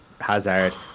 Hazard